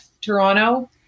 Toronto